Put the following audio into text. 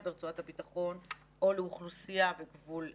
ברצועת הביטחון או לאוכלוסייה בגבול הצפון.